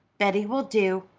betty will do.